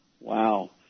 Wow